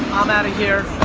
i'm outta here.